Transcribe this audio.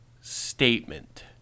statement